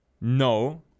No